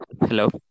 Hello